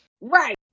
right